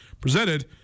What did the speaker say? presented